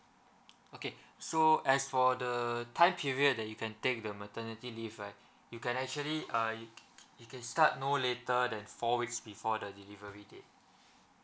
okay so as for the time period that you can take the maternity leave right you can actually uh you you can start no later than four weeks before the delivery date